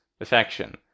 affection